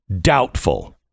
Doubtful